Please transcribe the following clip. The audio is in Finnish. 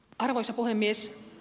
arvoisa puhemies